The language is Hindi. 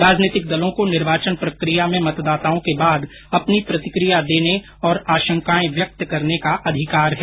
राजनीतिक दलों को निर्वाचन प्रक्रिया में मतदाताओं के बाद अपनी प्रतिक्रिया देने और आशंकाएं व्यक्त करने का अधिकार है